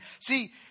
See